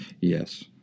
Yes